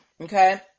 okay